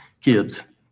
kids